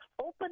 open